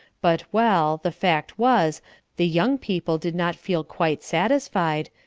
but, well, the fact was the young people did not feel quite satisfied,